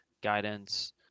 guidance